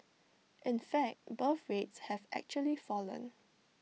in fact birth rates have actually fallen